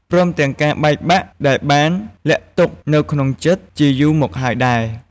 ព្រមទាំងការបែកបាក់ដែលបានលាក់ទុក្ខនៅក្នុងចិត្តជាយូរមកហើយដែរ។